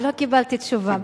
אני לא קיבלתי תשובה.